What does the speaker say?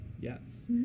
yes